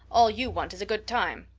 all you want is a good time.